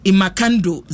Imakando